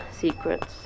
secrets